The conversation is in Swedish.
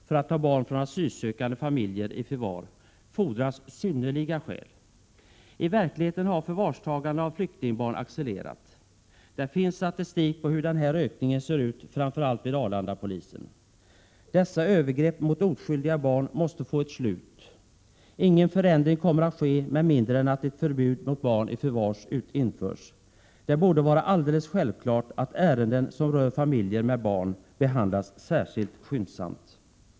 För att ta barn från asylsökande familjer i förvar fordras ”synnerliga skäl”. I verkligheten har förvarstagande av flyktingbarn accelererat. Det finns statistik över hur ökningen ser ut, framför allt vid Arlandapolisen. Dessa övergrepp mot oskyldiga barn måste få ett slut. Ingen förändring kommer att ske med mindre än att ett förbud mot att ta barn i förvar införs. Det borde vara alldeles självklart att ärenden som rör familjer med barn behandlas särskilt skyndsamt.